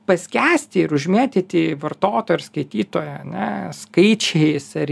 paskęsti ir užmėtyti vartotoją ar skaitytoją ane skaičiais ar